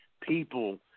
people